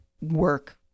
work